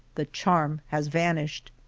the charm has vanished.